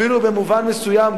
אפילו במובן מסוים,